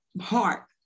heart